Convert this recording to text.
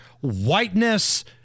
whiteness